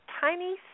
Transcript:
tiny